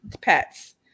pets